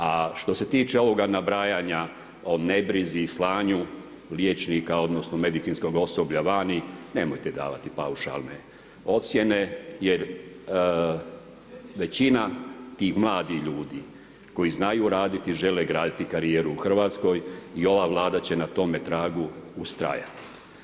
A što se tiče ovoga nabrajanja o nebrizi i slanju liječnika, odnosno medicinskog osoblja vani nemojte davati paušalne ocjene, jer većina tih mladih ljudi koji znaju raditi, žele graditi karijeru u Hrvatskoj i ova Vlada će na tome tragu ustrajati.